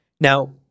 Now